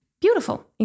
beautiful